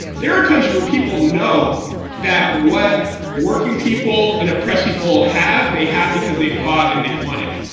there are countries where people know that what working people and oppressed people have they have because they fought and they won it.